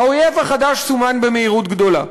האויב החדש סומן במהירות גדולה.